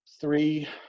Three